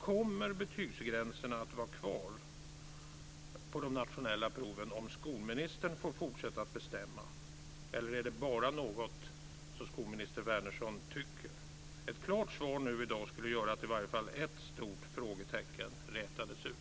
Kommer betygsgränserna att vara kvar på de nationella proven om skolministern får fortsätta att bestämma, eller är det bara något som skolminister Wärnersson tycker? Ett klart svar skulle göra att i varje fall ett stort frågetecken rätades ut.